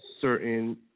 certain